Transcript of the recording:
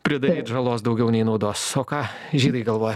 pridaryt žalos daugiau nei naudos o ką žydai galvoja